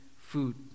food